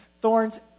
thorns